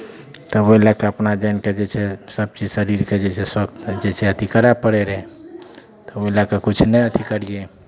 तऽ ओहि लए कऽ अपना जानि कऽ जे छै सभचीज शरीरके जे छै शौक जे छै अथि करय पड़ैत रहै तऽ ओहि लए कऽ किछु नहि अथि करियै